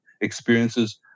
experiences